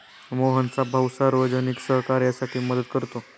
मोहनचा भाऊ सार्वजनिक सहकार्यासाठी मदत करतो